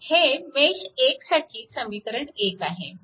हे मेश 1 साठी समीकरण 1 आहे